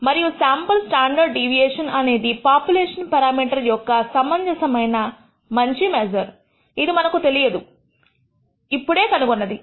మరియు sample standard deviation అనేది population parameter యొక్క సమంజసమైన మంచి మెజర్ఇది మనకు తెలియని ఇప్పుడే కనుగొన్నది